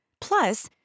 Plus